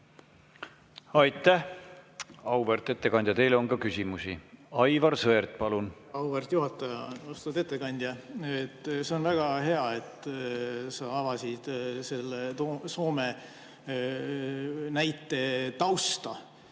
Aitäh, auväärt ettekandja! Teile on ka küsimusi. Aivar Sõerd, palun! Auväärt juhataja! Austatud ettekandja! See on väga hea, et sa avasid selle Soome näite tausta.